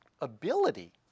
ability